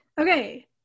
Okay